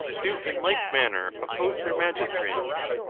do in like manner oppose their magistrates.